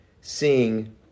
seeing